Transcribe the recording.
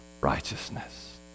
righteousness